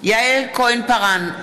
יעל כהן-פארן,